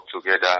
together